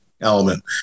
element